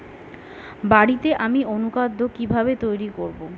বাড়িতে আমি কিভাবে অনুখাদ্য তৈরি করব?